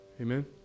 Amen